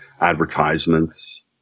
advertisements